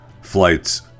flights